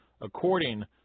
according